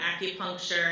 acupuncture